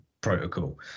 protocol